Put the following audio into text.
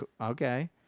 Okay